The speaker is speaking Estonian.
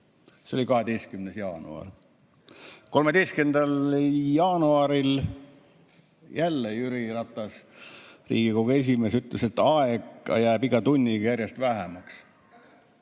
See oli 12. jaanuaril. 13. jaanuaril jälle Jüri Ratas, Riigikogu esimees, ütles, et aega jääb iga tunniga järjest vähemaks